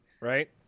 Right